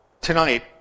tonight